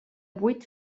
vuit